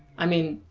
i mean,